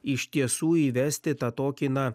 iš tiesų įvesti tą tokį na